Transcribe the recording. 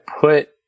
put